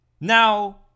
Now